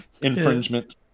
infringement